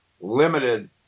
limited